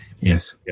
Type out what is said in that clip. Yes